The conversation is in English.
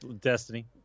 Destiny